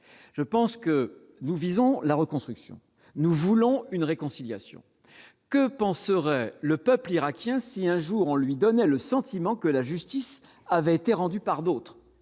je pense que nous visons la reconstruction : nous voulons une réconciliation que penseraient le peuple irakien, si un jour on lui donnait le sentiment que la justice avait été rendue par d'autres